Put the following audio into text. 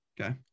Okay